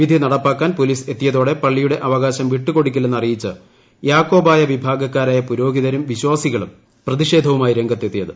വിധി നടപ്പാക്കാൻ പോലീസ് എത്തിയതോടെ പള്ളിയുടെ അവകാശം വിട്ടുകൊടുക്കില്ലെന്ന് അറിയിച്ച് യാക്കോബായ വിഭാഗക്കാരായ പുരോഹിതരും വിശ്വാസികളും പ്രതിഷേധവുമായി രംഗത്തെത്തിയത്